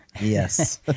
Yes